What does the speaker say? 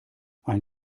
ein